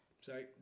sorry